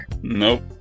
Nope